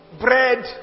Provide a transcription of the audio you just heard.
bread